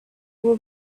will